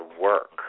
work